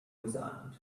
resigned